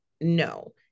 No